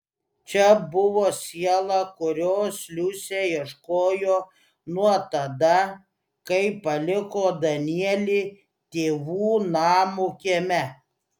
čia buvo siela kurios liusė ieškojo nuo tada kai paliko danielį tėvų namo kieme